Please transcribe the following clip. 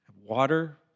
water